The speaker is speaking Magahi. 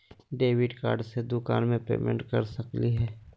डेबिट कार्ड से दुकान में पेमेंट कर सकली हई?